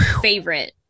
favorite